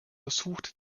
ersucht